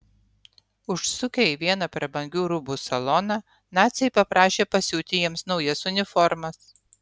užsukę į vieną prabangių rūbų saloną naciai paprašė pasiūti jiems naujas uniformas